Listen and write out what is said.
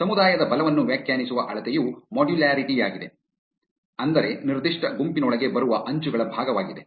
ಸಮುದಾಯದ ಬಲವನ್ನು ವ್ಯಾಖ್ಯಾನಿಸುವ ಅಳತೆಯು ಮಾಡ್ಯುಲಾರಿಟಿ ಯಾಗಿದೆ ಅಂದರೆ ನಿರ್ದಿಷ್ಟ ಗುಂಪಿನೊಳಗೆ ಬರುವ ಅಂಚುಗಳ ಭಾಗವಾಗಿದೆ